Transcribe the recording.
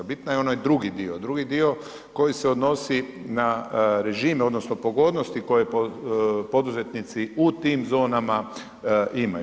Bitan je onaj drugi dio, drugi dio koji se odnosi na režim odnosno pogodnosti koje poduzetnici u tim zonama imaju.